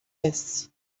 esse